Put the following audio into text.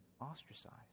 ostracized